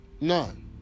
none